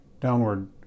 downward